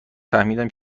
فهمیدم